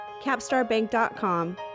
capstarbank.com